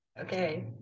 okay